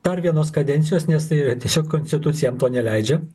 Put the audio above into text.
dar vienos kadencijos nes tai yra tiesiog konstitucija jam to neleidžia